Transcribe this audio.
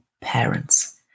parents